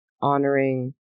honoring